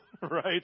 right